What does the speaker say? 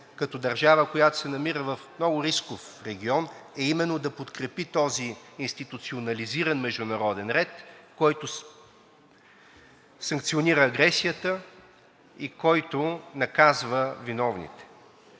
като държава, която се намира в много рисков регион, е именно да подкрепи този институционализиран международен ред, който санкционира агресията и наказва виновните.